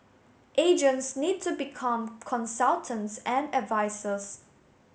agents need to become consultants and advisers